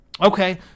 Okay